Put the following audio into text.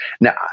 Now